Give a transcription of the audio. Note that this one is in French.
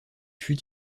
fut